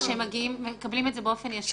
ש': הם מקבלים באופן ישיר מהמשטרה?